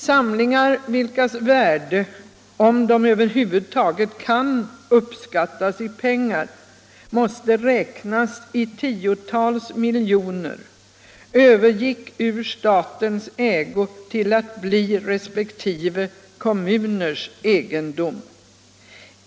Samlingar, vilkas värden — om de över huvud taget kan uppskattas i pengar — måste räknas i tiotals miljoner, övergick ur statens ägo till att bli resp. kommuners egendom.